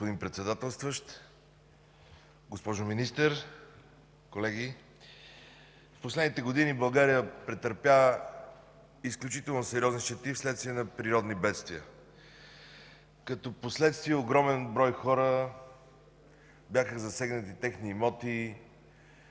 господин Председател. Госпожо Министър, колеги! В последните години България претърпя изключително сериозни щети вследствие на природни бедствия. Като последствие на огромен брой хора бяха засегнати имотите,